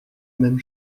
même